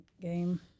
game